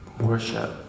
worship